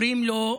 אומרים לו: